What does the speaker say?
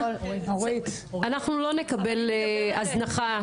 אנחנו לא נקבל הזנחה.